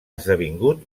esdevingut